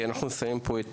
אנחנו נסכם פה את